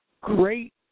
Great